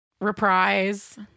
reprise